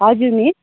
हजुर मिस